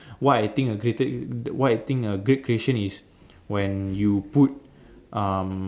why I think a greater why I think a great creation is when you put um